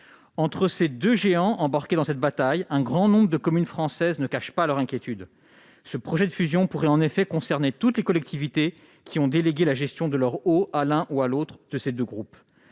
entre ces deux géants, un grand nombre de communes françaises ne cachent pas leur inquiétude. Ce projet de fusion pourrait en effet concerner toutes les collectivités qui ont délégué la gestion de leur eau à l'un ou à l'autre de ces deux groupes.